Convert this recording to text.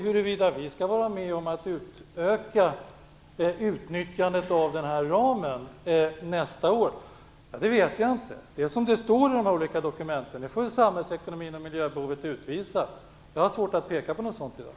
Huruvida vi skall vara med om att utöka utnyttjandet av den här ramen nästa år vet jag inte. Det får samhällsekonomin och miljöbehovet utvisa, vilket står i dessa dokument. Jag har svårt att peka på något sådant i dag.